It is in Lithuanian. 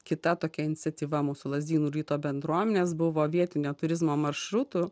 kita tokia iniciatyva mūsų lazdynų ryto bendruomenės buvo vietinio turizmo maršrutų